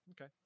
Okay